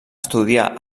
estudià